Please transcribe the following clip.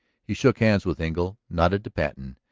he shook hands with engle, nodded to patten,